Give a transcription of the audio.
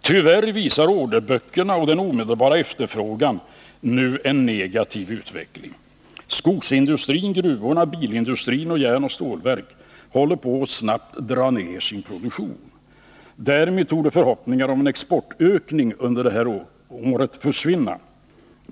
Tyvärr visar orderböckerna och den omedelbara efterfrågan nu en negativ utveckling. Skogsindustrin, gruvorna, bilindustrin och järnoch stålverk håller på att snabbt dra ner sin produktion. Därmed torde förhoppningarna om en exportökning under detta år försvinna.